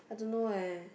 I don't know eh